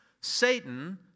Satan